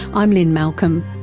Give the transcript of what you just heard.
i'm lynne malcolm.